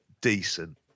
decent